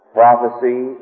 prophecy